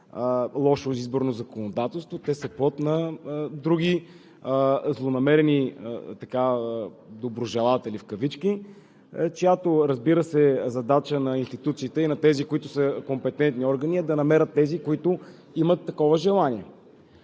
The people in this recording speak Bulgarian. лошо изборно законодателство. Те са плод на други злонамерени доброжелатели в кавички, чиято, разбира се, задача на институциите и на тези, които са компетентни органи е да намерят тези, които имат такова желание.